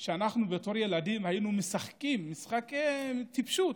שאנחנו בתור ילדים היינו משחקים משחקי טיפשות,